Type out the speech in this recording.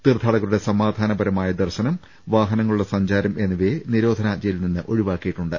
തീർഥാടകരുടെ സമാധാനപരമായ ദർശനം വാഹനങ്ങളുടെ സഞ്ചാരം എന്നിവയെ നിരോധനാജ്ഞയിൽ നിന്ന് ഒഴിവാക്കി യിട്ടുണ്ട്